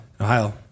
Ohio